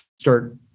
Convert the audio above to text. start